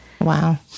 Wow